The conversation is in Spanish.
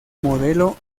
modelo